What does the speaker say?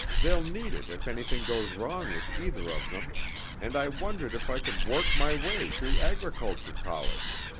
they'll need it if anything goes wrong with either of them and i wondered if i could work my way through agriculture college?